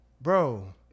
Bro